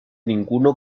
ninguno